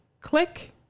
click